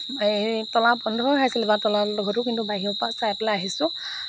এই তলা বন্ধই হৈ আছিল বাৰু তলাতল ঘৰটো বাহিৰৰপৰাই চাই পেলাই আহিছোঁ